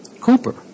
Cooper